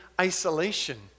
isolation